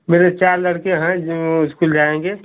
मेरे चार लड़के हैं जो स्कूल जायेंगे